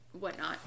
whatnot